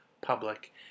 public